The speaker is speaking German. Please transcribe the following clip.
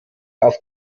auf